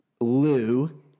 lou